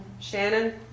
Shannon